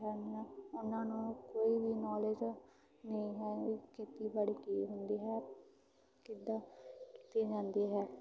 ਹਨ ਉਹਨਾਂ ਨੂੰ ਕੋਈ ਵੀ ਨੋਲੇਜ ਨਹੀਂ ਹੈ ਵੀ ਖੇਤੀਬਾੜੀ ਕੀ ਹੁੰਦੀ ਹੈ ਕਿੱਦਾਂ ਕੀਤੀ ਜਾਂਦੀ ਹੈ